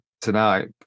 tonight